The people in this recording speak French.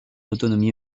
autonomie